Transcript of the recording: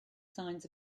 signs